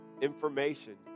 information